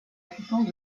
puissance